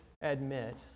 admit